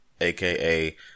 aka